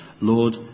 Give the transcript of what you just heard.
Lord